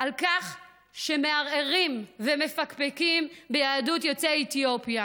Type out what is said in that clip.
על כך שמערערים ומפקפקים ביהדות יוצאי אתיופיה.